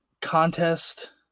contest